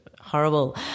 horrible